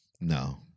no